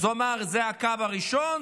אז הוא אמר: זה הקו הראשון,